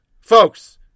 folks